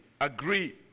agree